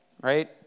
Right